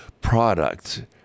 product